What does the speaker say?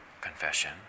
confession